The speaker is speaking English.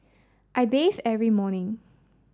I bathe every morning